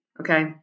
okay